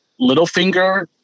Littlefinger